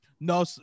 No